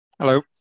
Hello